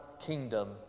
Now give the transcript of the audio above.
kingdom